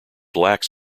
lax